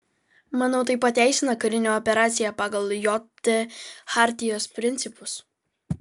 manau tai pateisina karinę operaciją pagal jt chartijos principus